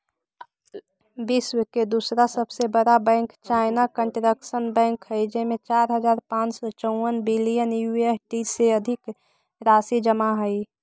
विश्व के दूसरा सबसे बड़ा बैंक चाइना कंस्ट्रक्शन बैंक हइ जेमें चार हज़ार पाँच सौ चउवन बिलियन यू.एस.डी से अधिक राशि जमा हइ